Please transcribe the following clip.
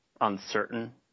uncertain